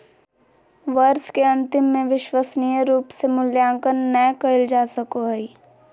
वर्ष के अन्तिम में विश्वसनीय रूप से मूल्यांकन नैय कइल जा सको हइ